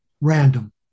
random